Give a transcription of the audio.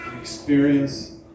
Experience